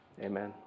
amen